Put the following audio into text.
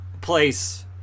place